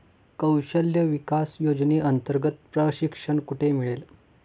कौशल्य विकास योजनेअंतर्गत प्रशिक्षण कुठे मिळेल?